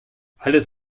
alles